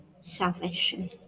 salvation